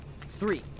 Three